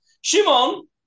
Shimon